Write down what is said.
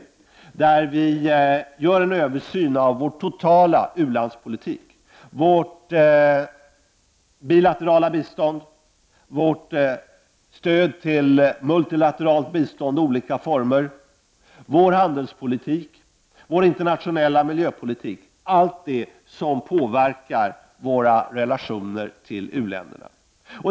I den borde vi göra en översyn av vår totala ulandspolitik — vårt bilaterala bistånd, vårt stöd till multilateralt bistånd i olika former, vår handelspolitik och vår internationella miljöpolitik —, av allt som påverkar våra relationer med u-länderna.